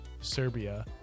Serbia